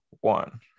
one